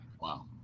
Wow